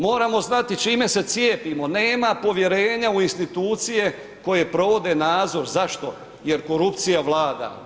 Moramo znati čime se cijepimo, nema povjerenja u institucije koje provode nadzor, zašto, jer korupcija vlada.